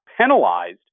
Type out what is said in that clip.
penalized